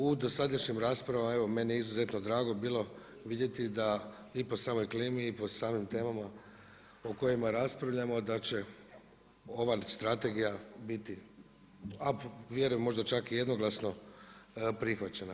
U dosadašnjim raspravama evo meni je izuzetno drago bilo vidjeti da i po samoj klimi i po samim temama o kojima raspravljamo da će ova strategija biti vjerujem možda čak i jednoglasno prihvaćena.